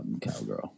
cowgirl